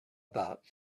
about